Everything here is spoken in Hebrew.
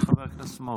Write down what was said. חבר הכנסת מעוז,